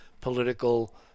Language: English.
political